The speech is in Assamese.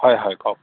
হয় হয় কওক